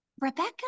Rebecca